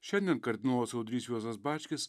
šiandien kardinolas audrys juozas bačkis